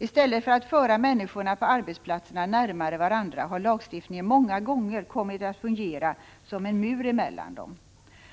I stället för att föra människorna på arbetsplatserna närmare varandra har lagstiftningen många gånger kommit att fungera som en mur mellan dem.